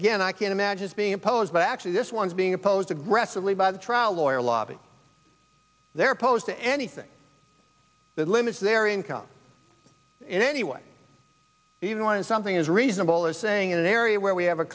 again i can imagine being opposed but actually this one's being opposed aggressively by the trial lawyer lobby they're opposed to anything that limits their income in any way even when something is reasonable is saying in an area where we have a